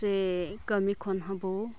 ᱥᱮ ᱠᱟᱹᱢᱤ ᱠᱷᱚᱱ ᱦᱚᱵᱚ